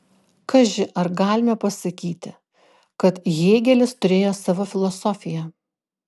kaži ar galime pasakyti kad hėgelis turėjo savo filosofiją